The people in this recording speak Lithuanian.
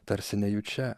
tarsi nejučia